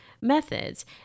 Methods